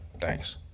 Thanks